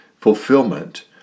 fulfillment